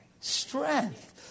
strength